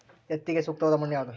ಹತ್ತಿಗೆ ಸೂಕ್ತವಾದ ಮಣ್ಣು ಯಾವುದು?